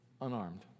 unarmed